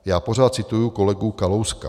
Já pořád cituji kolegu Kalouska.